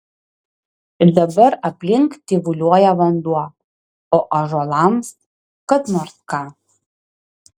ir dabar aplink tyvuliuoja vanduo o ąžuolams kad nors ką